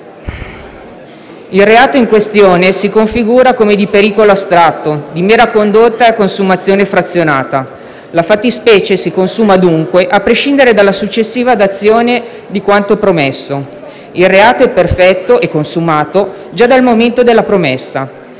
Il reato in questione si configura come di pericolo astratto, di mera condotta e a consumazione frazionata: la fattispecie si consuma, dunque, a prescindere dalla successiva dazione di quanto promesso; il reato è perfetto e consumato già dal momento della promessa.